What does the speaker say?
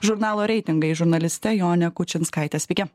žurnalo reitingai žurnaliste jone kučinskaite sveiki